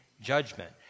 judgment